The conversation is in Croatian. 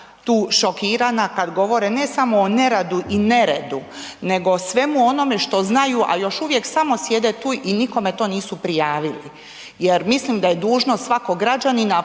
tu šokirana kad govore ne samo o neradu i neredu, nego o svemu onome što znaju, a još uvijek samo sjede tu i nikome to nisu prijavili. Jer mislim da je dužnost svakog građanina,